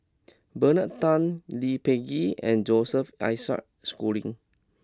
Bernard Tan Lee Peh Gee and Joseph Isaac Schooling